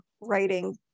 writing